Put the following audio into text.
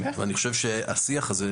אני חושב שהשיח הזה,